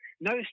no